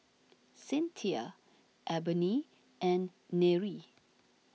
Cynthia Ebony and Nery